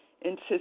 insist